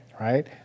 Right